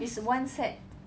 it's one set